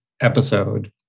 episode